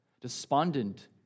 despondent